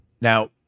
Now